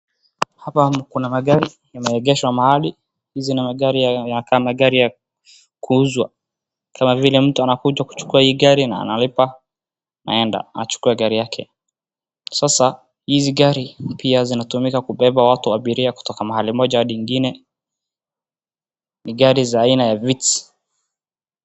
Hapa kuna magari yameengeshwa mahali. Hizi ni magari kama ya kuuzwa kama vile mtu anakuja kuchukua hii gari na analipa, anaenda, anachukua gari yake. Sasa hizi gari pia zinatumika kubeba watu, abiria kutoka mahali moja hadi ingine. Ni gari za aina ya Vitz.